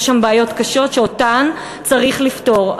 יש שם בעיות קשות שאותן צריך לפתור,